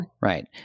Right